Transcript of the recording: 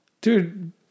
dude